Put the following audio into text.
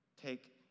Take